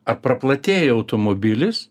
ar praplatėja automobilis